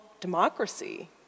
democracy